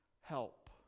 help